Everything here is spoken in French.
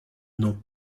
nom